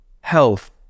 health